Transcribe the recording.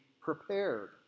prepared